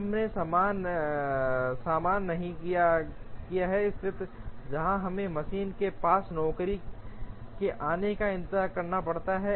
हमने सामना नहीं किया है स्थिति जहां हमें मशीन के पास नौकरी के आने का इंतजार करना पड़ता है